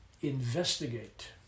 investigate